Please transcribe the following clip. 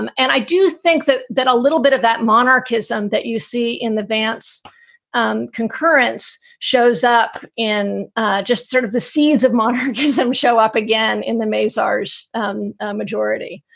and and i do think that that a little bit of that monarchism that you see in the vantz um concurrence shows up in just sort of the seeds of monarchism show up again in the maziar's um ah majority.